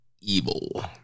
Evil